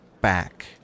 back